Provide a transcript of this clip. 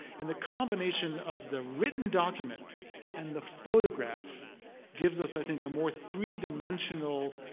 and the combination of the written document and the photograph gives us i think a more three-dimensional